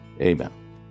Amen